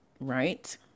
right